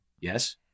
Yes